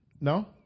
No